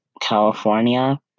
California